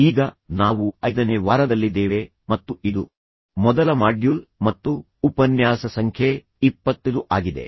ಈಗ ನಾವು ಐದನೇ ವಾರದಲ್ಲಿದ್ದೇವೆ ಮತ್ತು ಇದು ಮೊದಲ ಮಾಡ್ಯೂಲ್ ಮತ್ತು ಉಪನ್ಯಾಸ ಸಂಖ್ಯೆ 25 ಆಗಿದೆ